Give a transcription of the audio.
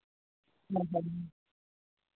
ᱦᱮᱸ ᱦᱮᱸ